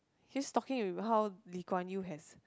he's talking with how Lee-Kuan-Yew has